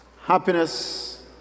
happiness